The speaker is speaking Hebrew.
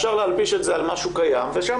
אפשר "להלביש" את זה על משהו קיים ושם